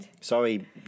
Sorry